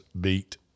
beat